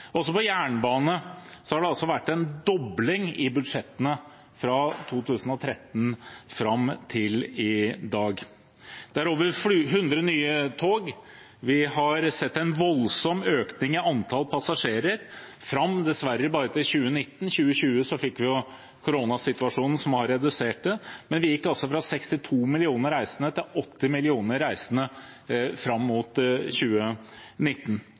Også på jernbane har det vært en dobling i budsjettene fra 2013 fram til i dag. Det er over 100 nye tog, vi har sett en voldsom økning i antall passasjerer – dessverre bare fram til 2019; i 2020 fikk vi koronasituasjonen, som har redusert det, men vi gikk altså fra 62 millioner reisende til 80 millioner reisende fram mot 2019.